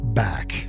back